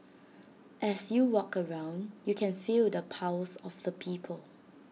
as you walk around you can feel the pulse of the people